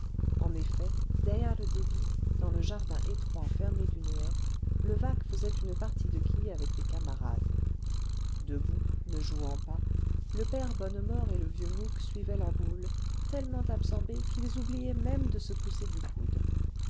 en effet derrière le débit dans le jardin étroit fermé d'une haie levaque faisait une partie de quilles avec des camarades debout ne jouant pas le père bonnemort et le vieux mouque suivaient la boule tellement absorbés qu'ils oubliaient même de se pousser du coude